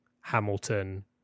Hamilton